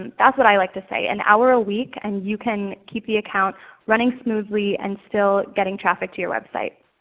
um that's what i like to say. an hour a week, and you can keep the account running smoothly and still getting traffic to your website.